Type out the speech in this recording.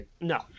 No